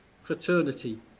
fraternity